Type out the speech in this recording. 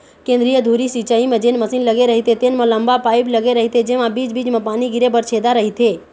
केंद्रीय धुरी सिंचई म जेन मसीन लगे रहिथे तेन म लंबा पाईप लगे रहिथे जेमा बीच बीच म पानी गिरे बर छेदा रहिथे